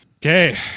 Okay